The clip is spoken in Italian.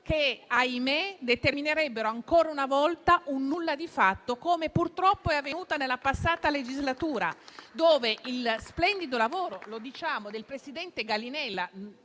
che, ahimè, determinerebbero ancora una volta un nulla di fatto, come purtroppo è avvenuto nella passata legislatura. Lo splendido lavoro svolto dal presidente Gallinella